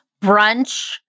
brunch